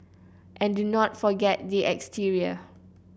and do not forget the exterior